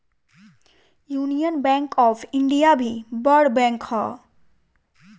union bank of India भी बड़ bank हअ